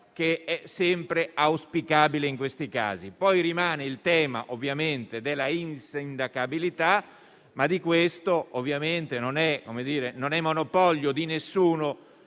che è sempre auspicabile in questi casi. Rimane il tema, ovviamente, della insindacabilità, ma non è monopolio di nessuno